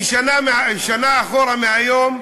שנה אחורה מהיום,